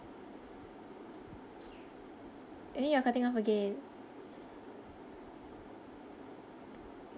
I think you're cutting off again